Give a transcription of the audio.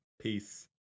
Peace